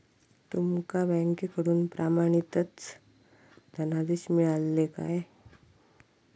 तुमका बँकेकडून प्रमाणितच धनादेश मिळाल्ले काय?